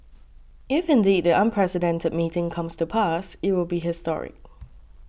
if indeed the unprecedented meeting comes to pass it will be historic